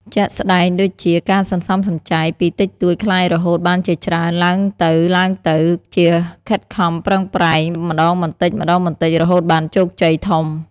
ជាក់ស្ដែងដូចជា ការសន្សំសំចៃពីតិចតួចក្លាយរហូតបានជាច្រើនទ្បើងទៅៗ ជាខិតខំប្រឹងប្រែងម្តងបន្តិចៗរហូតបានជោគជ័យធំ។